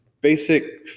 basic